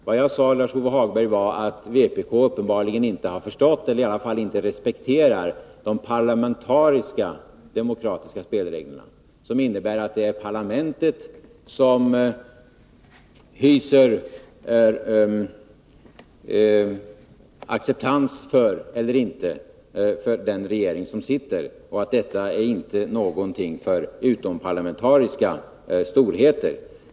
Vad jag sade, Lars-Ove Hagberg, var att vpk inte har förstått eller i varje fall inte respekterar spelreglerna för parlamentarisk demokrati, som innebär att det är parlamentet som hyser acceptans eller inte för den regering som sitter och att detta inte är någonting för utomparlamentariska storheter.